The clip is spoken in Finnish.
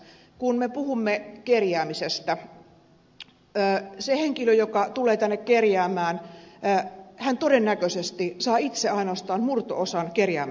kun me puhumme kerjäämisestä se henkilö joka tulee tänne kerjäämään todennäköisesti saa itse ainoastaan murto osan kerjäämästään rahamäärästä